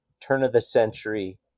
turn-of-the-century